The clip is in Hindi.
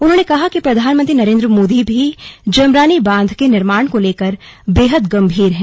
उन्होंने कहा कि प्रधानमंत्री नरेन्द्र मोदी भी जमरानी बांध के निर्माण को लेकर बेहद गम्भीर है